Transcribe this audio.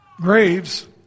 graves